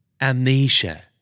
Amnesia